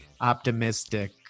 optimistic